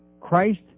Christ